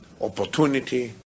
opportunity